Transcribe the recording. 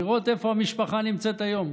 לראות איפה המשפחה נמצאת היום,